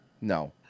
No